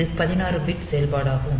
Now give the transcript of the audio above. இது 16 பிட் செயல்பாடாகும்